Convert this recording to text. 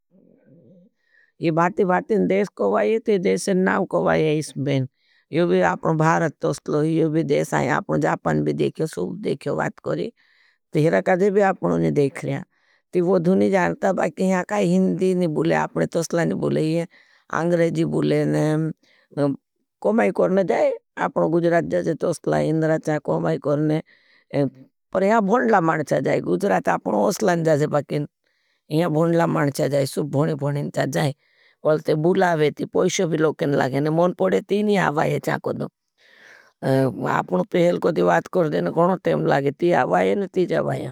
ये भारती भारतीन देश को वाई है तो ये देशन नाव को वाई है इसमें। यो भी आपनो भारत तोस्टलो, यो भी देश आई, आपनो जापन भी देख्यो, सूख देख्यो, बात कोरी, तो हिरा कदे भी आपनो नहीं देख रहा है। ती बदँ नहीं जानता, बाकिह यहाँ काई हिंदी नहीं बुले, आपने तोसटला नीं बुलेगे, आंग्रेजी बुले ने, न्तुतत कोमैं कोरने जाय, आपनों गुजरात जाज़ेत मुसला। परं यहां प्रंड़ल को माण्चा जाएगे, गुजरणाद तो हत्मारे उसलां जा। ये मुदल्ल न सुबदो लंग्राच।